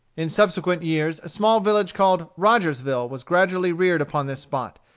in subsequent years a small village called rogersville was gradually reared upon this spot,